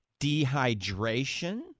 dehydration